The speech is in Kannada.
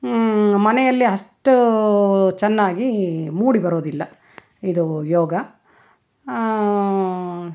ಮನೆಯಲ್ಲಿ ಅಷ್ಟು ಚೆನ್ನಾಗಿ ಮೂಡಿಬರೋದಿಲ್ಲ ಇದು ಯೋಗ